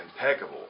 impeccable